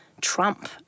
Trump